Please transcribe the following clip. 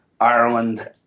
Ireland